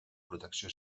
protecció